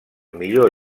millor